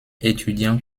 étudiants